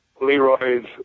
Leroy's